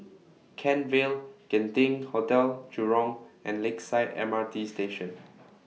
Kent Vale Genting Hotel Jurong and Lakeside M R T Station